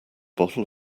bottle